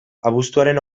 abuztuaren